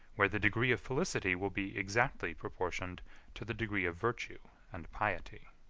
where the degree of felicity will be exactly proportioned to the degree of virtue and piety.